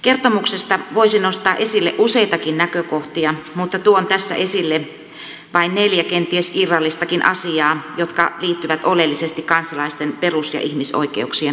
kertomuksesta voisi nostaa esille useitakin näkökohtia mutta tuon tässä esille vain neljä kenties irrallistakin asiaa jotka liittyvät oleellisesti kansalaisten perus ja ihmisoikeuksien toteuttamiseen